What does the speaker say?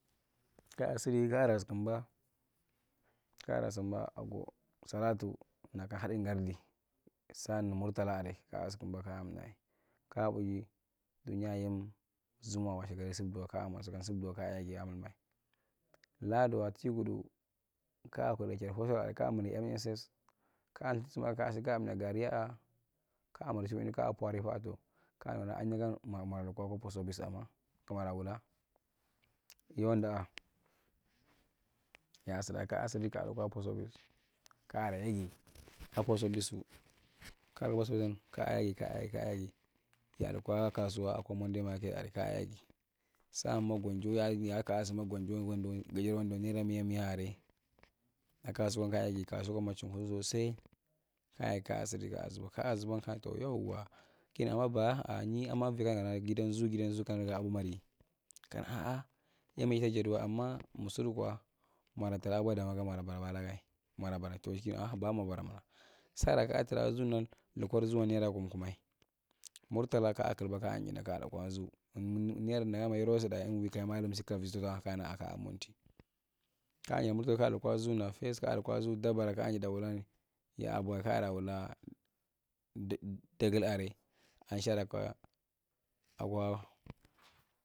Kaa sidi kaara sukumba kaara sukumba ago salatu naka hadin gardi saan nir mdo laare kaa sukumba kaa mnae kaa widu nyae yim zumowa washe gari subduwa kaamwa sugan subguwa kaa yegi aa mulmai laaduwa tishikudu kaa kudai chad koso area kaa mindi mss ka lthu sir samaa area kaa ntu garin kaa mirchi w;nni kaa puwakwa ripuwa’a kaa nukana ahinyagan mar maluko post office ama kamara wula yo nda’a ya’a sudai kaa sudi kaa luko post office kaara yegi akwa post officsu kaa lukwa post offisan kaa yegi kaa yegi kia lukwa kasuwa akwa monday market area kaa yegi kiya lukwa kasuwa akwa monday market area kaa yegi saan ma gonja yaan kaa sukumba gonjo gajere wondo naira miamia area aa kasuwan kaa yegi kasuwan ma mwa chinkusu sai hai kaa sududi kaa zuba kaa zuba kana towa kina baa ah ni ama ivira kandaanu kana gida zuu guldan zuu ganaabwa madi kana ha’ah yemma ita jaddiwae amma mik sudukwa mwata tra bwa damwa kamolaa baralagae molabara kinu tow baa mola bara mana saara kaa tra zuu dan lukwar zuuwan naira kumkumwa murtala kaa killi kaa njinda kaa lukwar zuu ning naira nigamma yerow tsuda uvwi ka yamaalum si ka vi sula kaa na monti kaa jimorto kaa lukwa zuu da fas kaa lukwa zuu dabbara kaa jiddai wulan yaabwa kaara wulaa elha dagil’arae anshara kwa akwa.